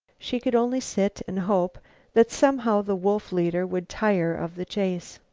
she could only sit and hope that somehow the wolf-leader would tire of the chase.